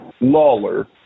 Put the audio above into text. Lawler